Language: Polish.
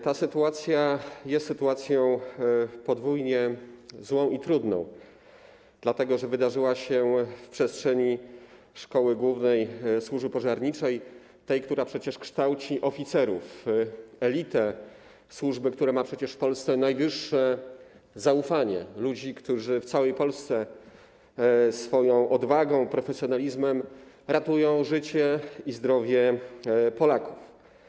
Ta sytuacja jest sytuacją podwójnie złą i trudną, dlatego że wydarzyła się w przestrzeni Szkoły Głównej Służby Pożarniczej, tej, która przecież kształci oficerów, elitę służby, która ma przecież w Polsce najwyższe zaufanie, ludzi, którzy w całej Polsce swoją odwagą, profesjonalizmem ratują życie i zdrowie Polaków.